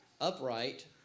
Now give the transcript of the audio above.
upright